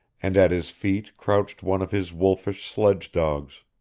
and at his feet crouched one of his wolfish sledge-dogs.